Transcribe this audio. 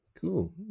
cool